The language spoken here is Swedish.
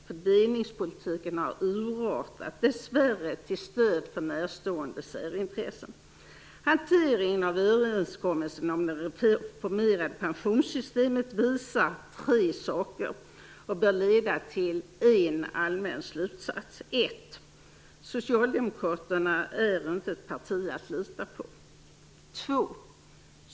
Fördelningspolitiken har urartad, dessvärre till stöd för närstående särintressen. Hanteringen av överenskommelsen om det reformerade pensionssystemet visar främst tre saker, och bör leda till en allmän slutsats. 1. Socialdemokraterna är inte ett parti att lita på. 2.